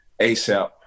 ASAP